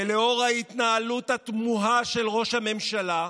ולאור ההתנהלות התמוהה של ראש הממשלה,